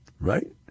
Right